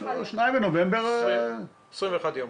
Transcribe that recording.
21 יום.